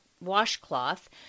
washcloth